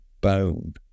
bone